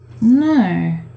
No